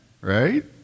Right